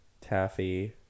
taffy